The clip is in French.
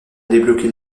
débloquer